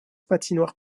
patinoire